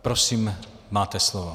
Prosím, máte slovo.